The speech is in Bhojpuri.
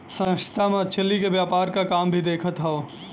संस्था मछरी के व्यापार क काम भी देखत हौ